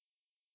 mmhmm